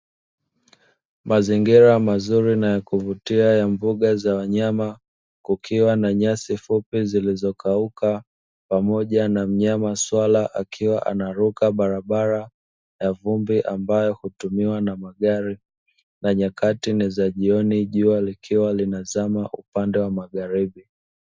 Mazingira mazuri na ya kuvutia ya mbuga za wanyama, kukiwa na nyasi fupi zilizokauka pamoja na mnyama swala, akiwa anaruka barabara ya vumbi ambayo hutumiwa na magari, na nyakati ni za jioni jua likiwa linazama upande wa magharibi.